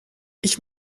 ich